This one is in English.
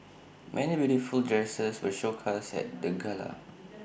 many beautiful dresses were showcased at the gala